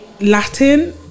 Latin